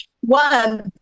One